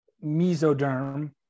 mesoderm